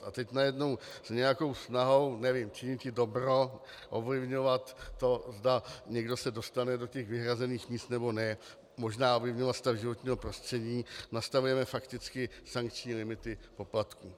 A teď najednou s nějakou snahou, nevím, činit dobro, ovlivňovat to, zda někdo se dostane do těch vyhrazených míst, nebo ne, možná ovlivňovat stav životního prostředí, nastavujeme fakticky sankční limity poplatků.